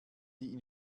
die